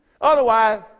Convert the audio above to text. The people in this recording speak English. Otherwise